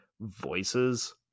voices